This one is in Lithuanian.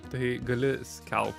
tai gali skelt